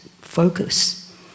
focus